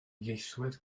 ieithwedd